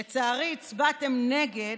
לצערי הצבעתם נגד,